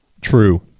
True